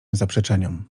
zaprzeczeniom